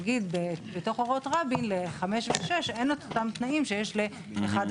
נגיד בתוך אורות רבין ל-5 ו-6 אין אותם תנאים שיש ל-4-1.